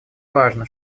важно